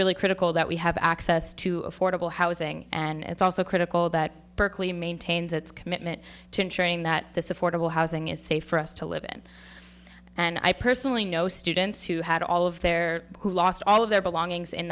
really critical that we have access to affordable housing and it's also critical that berkeley maintains its commitment to ensuring that this affordable housing is safe for us to live in and i personally know students who had all of their who lost all of their belongings in